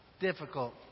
difficult